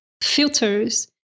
filters